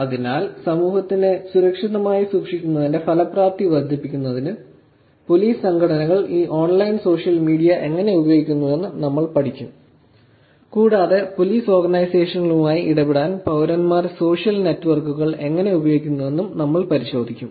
അതിനാൽ സമൂഹത്തെ സുരക്ഷിതമായി സൂക്ഷിക്കുന്നതിന്റെ ഫലപ്രാപ്തി വർദ്ധിപ്പിക്കുന്നതിന് പോലീസ് സംഘടനകൾ ഈ ഓൺലൈൻ സോഷ്യൽ മീഡിയ എങ്ങനെ ഉപയോഗിക്കുന്നുവെന്ന് നമ്മൾ പഠിക്കും കൂടാതെ പോലീസ് ഓർഗനൈസേഷനുകളുമായി ഇടപെടാൻ പൌരന്മാർ സോഷ്യൽ നെറ്റ്വർക്കുകൾ എങ്ങനെ ഉപയോഗിക്കുന്നുവെന്നും നമ്മൾ പരിശോധിക്കും